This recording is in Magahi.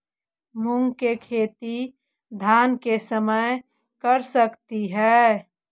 मुंग के खेती धान के समय कर सकती हे?